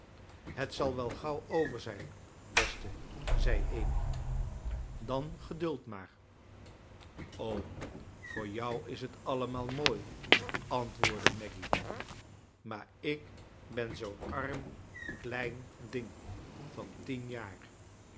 het zal i wel gauw over zijn beste zei amy dan geduld maar voor jou is t allemaal mooi antwoordde j maggy maar ik ben zoo'n arm klein ding van tien j aar